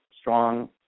strong